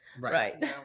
Right